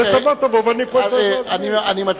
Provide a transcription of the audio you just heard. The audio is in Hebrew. לצבא תבוא, ואני אצטרך להסביר.